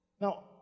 Now